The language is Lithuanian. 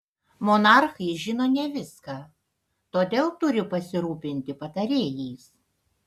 monarchai žino ne viską todėl turi pasirūpinti patarėjais